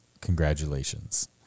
congratulations